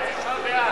בתשעה באב.